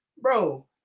Bro